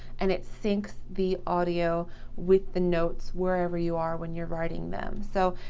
and it syncs the audio with the notes wherever you are when you're writing them. so,